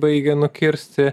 baigia nukirsti